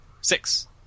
six